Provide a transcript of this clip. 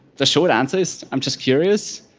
the short answer is i'm just curious.